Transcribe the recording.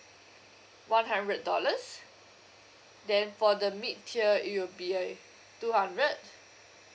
one hundred dollars then for the mid tier it will be uh two hundred